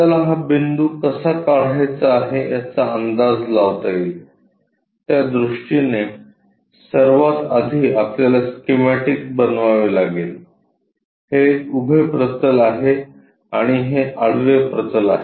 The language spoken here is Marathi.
आपल्याला हा बिंदू कसा काढायचा आहे याचा अंदाज लावता येईल त्या दृष्टीने सर्वात आधी आपल्याला स्कीमॅटिक बनवावे लागेल हे उभे प्रतल आहे आणि हे आडवे प्रतल आहे